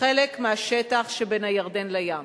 בחלק מהשטח שבין הירדן לים.